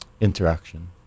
interaction